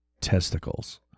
Testicles